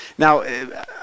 Now